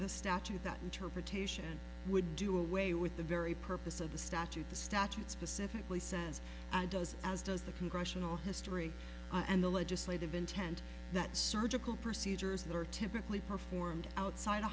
the statute that interpretation would do away with the very purpose of the statute the statute specifically says and does as does the congressional history and the legislative intent that surgical procedures that are typically performed outside a